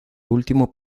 último